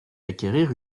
acquérir